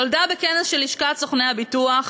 נולדה בכנס של לשכת סוכני הביטוח,